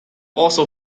also